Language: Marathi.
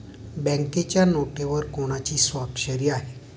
बँकेच्या नोटेवर कोणाची स्वाक्षरी आहे?